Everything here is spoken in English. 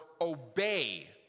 obey